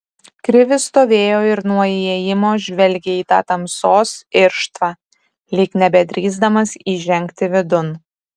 krivis stovėjo ir nuo įėjimo žvelgė į tą tamsos irštvą lyg nebedrįsdamas įžengti vidun